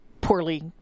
poorly